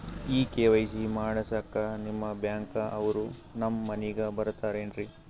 ಈ ಕೆ.ವೈ.ಸಿ ಮಾಡಸಕ್ಕ ನಿಮ ಬ್ಯಾಂಕ ಅವ್ರು ನಮ್ ಮನಿಗ ಬರತಾರೆನ್ರಿ?